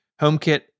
HomeKit